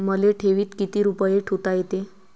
मले ठेवीत किती रुपये ठुता येते?